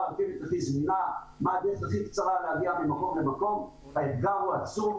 מה --- מה הדרך הכי קצרה להגיע ממקום למקום והאתגר הוא עצום,